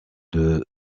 des